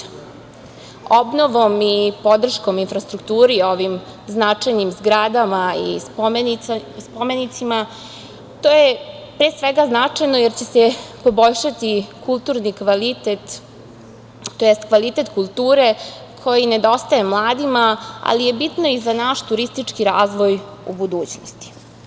Obnovom i podrškom infrastrukturi ovim značajnim zgradama i spomenicima to je pre svega značajno, jer će se poboljšati kulturni kvalitet tj. kvalitet kulture koji nedostaje mladima, ali je bitno i za naš turistički razvoj u budućnosti.